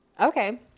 Okay